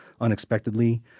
unexpectedly